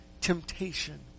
temptation